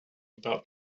about